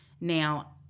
Now